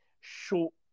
short